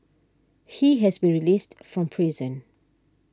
he has been released from prison